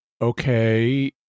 okay